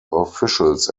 officials